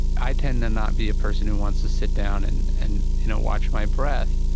i tend to not be a person who wants to sit down and and you know watch my breath,